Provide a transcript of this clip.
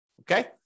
Okay